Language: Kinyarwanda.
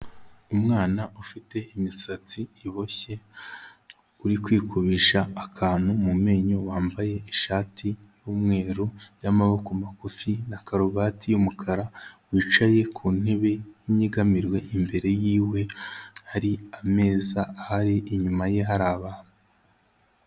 Umwana ufite imisatsi iboshye, uri kwikubisha akantu mu menyo wambaye ishati y'umweru y'amaboko magufi na karuvati y'umukara, wicaye ku ntebe y'inyegamirwe, imbere yiwe hari ameza ahari inyuma ye hari abantu.